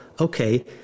okay